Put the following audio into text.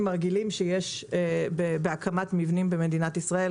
הרגילים שיש בהקמת מבנים במדינת ישראל,